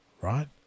right